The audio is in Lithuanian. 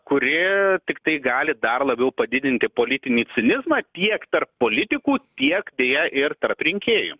kuri tiktai gali dar labiau padidinti politinį cinizmą tiek tarp politikų tiek deja ir tarp rinkėjų